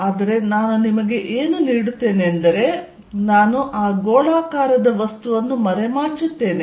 ಆದರೆ ನಾನು ನಿಮಗೆ ಏನು ನೀಡುತ್ತೇನೆ ಎಂದರೆ ನಾನು ಆ ಗೋಳಾಕಾರದ ವಸ್ತುವನ್ನು ಮರೆಮಾಚುತ್ತೇನೆ